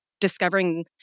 discovering